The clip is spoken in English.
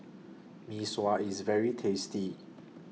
Mee Sua IS very tasty